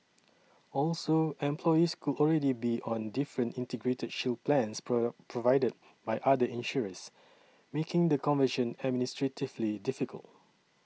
also employees could already be on different Integrated Shield plans pro provided by other insurers making the conversion administratively difficult